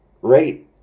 Right